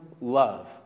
love